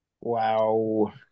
Wow